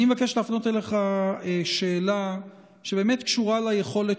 אני מבקש להפנות אליך שאלה שבאמת קשורה ליכולת